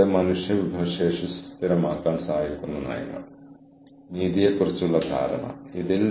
കൂടാതെ ഇവിടെ പ്രാഥമികമായി ശ്രദ്ധ കേന്ദ്രീകരിക്കുന്നത് പരസ്പര പൂരകത്വം പ്രയോജനപ്പെടുത്തുന്നതിലാണ്